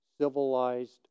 civilized